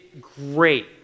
great